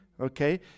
Okay